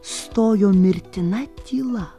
stojo mirtina tyla